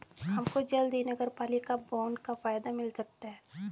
हमको जल्द ही नगरपालिका बॉन्ड का फायदा मिल सकता है